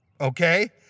okay